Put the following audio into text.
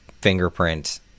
fingerprint